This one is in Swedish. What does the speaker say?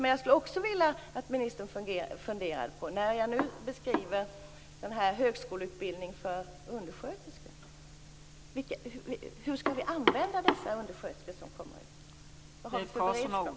Men jag vill att ministern skall fundera över min beskrivning av högskoleutbildningen för undersköterskor. Hur skall dessa undersköterskor användas?